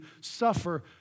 suffer